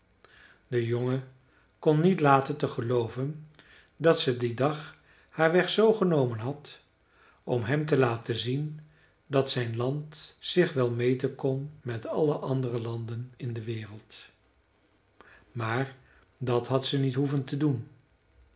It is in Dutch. de jongen kon niet laten te gelooven dat ze dien dag haar weg zoo genomen had om hem te laten zien dat zijn land zich wel meten kon met alle andere landen in de wereld maar dat had ze niet hoeven te doen